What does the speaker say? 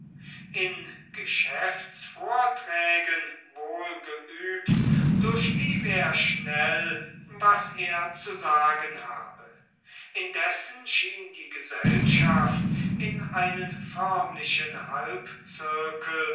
in geschäftsvorträgen wohl geübt durchlief er schnell was er zu sagen habe indessen schien die gesellschaft in einen förmlichen